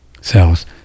cells